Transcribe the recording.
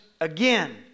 again